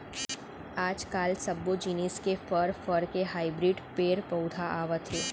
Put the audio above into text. आजकाल सब्बो जिनिस के फर, फर के हाइब्रिड पेड़ पउधा आवत हे